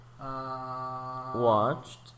Watched